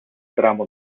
tramo